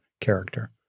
character